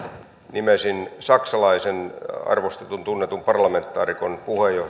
nimesin sveitsiläisen arvostetun tunnetun parlamentaarikon